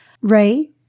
Ray